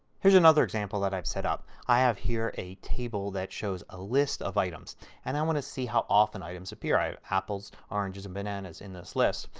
here is another example that i have set up. i have here a table that shows a list of items and i want to see how often items appear. i have apples, oranges, and bananas in this list.